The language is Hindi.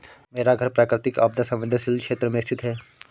मेरा घर प्राकृतिक आपदा संवेदनशील क्षेत्र में स्थित है